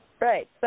Right